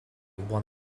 won